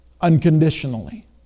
unconditionally